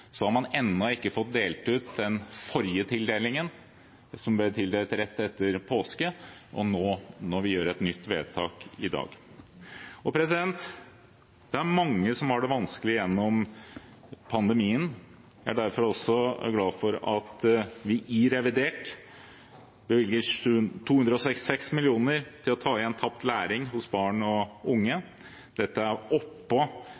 ennå ikke fått delt ut den forrige tildelingen, som ble tildelt rett etter påske, og nå gjør vi et nytt vedtak i dag. Det er mange som har hatt det vanskelig gjennom pandemien. Jeg er derfor også glad for at vi i revidert bevilger 266 mill. kr til å ta igjen tapt læring hos barn og unge. Dette er oppå